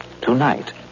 tonight